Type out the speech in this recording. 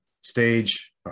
stage